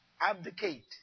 abdicate